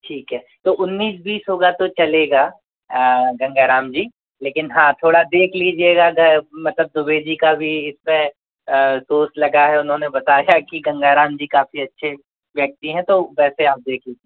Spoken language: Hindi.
ठीक है तो उन्नीस बीस होगा तो चलेगा गंगा राम जी लेकिन हाँ थोड़ा देख लीजिएगा अगर मतलब दुबे जी का भी इसमें सोर्स लगा है उन्होंने बताया है कि गंगा राम जी काफ़ी अच्छे व्यक्ति हैं तो वैसे आप देख लीजिए